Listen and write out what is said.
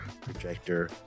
projector